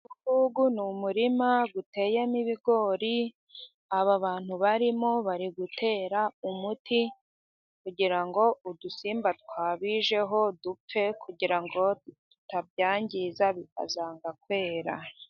Uyunguyu ni umurima uteyemo ibigori. Aba bantu barimo bari gutera umuti kugira ngo udusimba twabijeho dupfe, kugira ngo tutabyangiza bikazanga kwera.